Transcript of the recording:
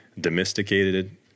domesticated